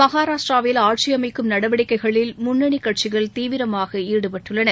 மகாராஷ்டிராவில் ஆட்சி அமைக்கும் நடவடிக்கைகளில் முன்னணி கட்சிகள் தீவிரமாக ஈடுபட்டுள்ளன